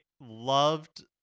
loved